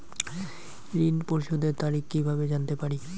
ঋণ পরিশোধের তারিখ কিভাবে জানতে পারি?